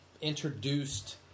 introduced